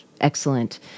excellent